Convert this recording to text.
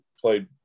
played